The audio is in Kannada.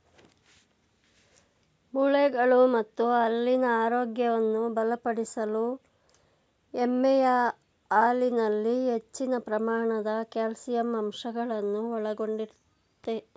ಮೂಳೆಗಳು ಮತ್ತು ಹಲ್ಲಿನ ಆರೋಗ್ಯವನ್ನು ಬಲಪಡಿಸಲು ಎಮ್ಮೆಯ ಹಾಲಿನಲ್ಲಿ ಹೆಚ್ಚಿನ ಪ್ರಮಾಣದ ಕ್ಯಾಲ್ಸಿಯಂ ಅಂಶಗಳನ್ನು ಒಳಗೊಂಡಯ್ತೆ